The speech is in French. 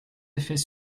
effet